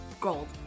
Gold